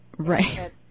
Right